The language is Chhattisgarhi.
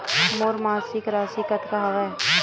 मोर मासिक राशि कतका हवय?